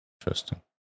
Interesting